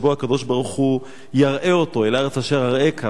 שבו הקדוש-ברוך-הוא יראה אותו "אל הארץ אשר אַראֶך",